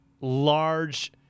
large